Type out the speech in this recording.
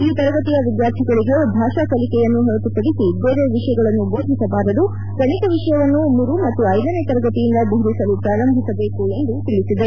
ಈ ತರಗತಿಯ ವಿದ್ಯಾರ್ಥಿಗಳಿಗೆ ಬಾಷಾ ಕಲಿಕೆಯನ್ನು ಹೊರತು ಪಡಿಸಿ ಬೇರೆ ವಿಷಯವನ್ನು ಭೋದಿಸಬಾರದುಗಣಿತ ವಿಷಯವನ್ನು ಮೂರು ಮತ್ತು ಐದನೇ ತರಗತಿಯಿಂದ ಬೋಧಿಸಲು ಪ್ರಾರಂಭಿಸಬೇಕು ಎಂದು ತಿಳಿಸಿದೆ